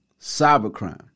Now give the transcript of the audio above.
cybercrime